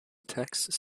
texts